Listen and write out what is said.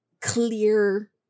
clear